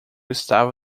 estava